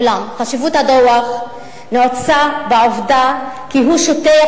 אולם חשיבות הדוח נעוצה בעובדה שהוא שוטח